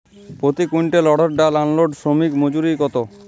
প্রতি কুইন্টল অড়হর ডাল আনলোডে শ্রমিক মজুরি কত?